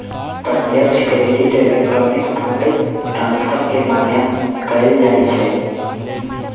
प्रत्यक्ष credit electronic fund transfer के माध्यम से कएल जाइ छइ